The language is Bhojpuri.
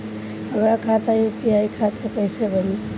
हमार खाता यू.पी.आई खाता कइसे बनी?